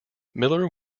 miller